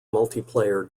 multiplayer